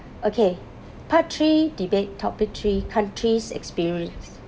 okay part three debate topic three countries experience